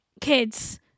kids